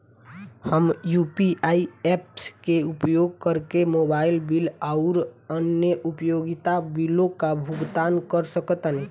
हम UPI apps के उपयोग करके मोबाइल बिल आउर अन्य उपयोगिता बिलों का भुगतान कर सकतानी